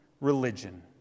religion